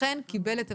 אכן קיבל את עמדתנו.